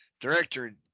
director